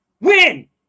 Win